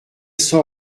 sans